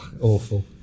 awful